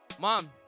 mom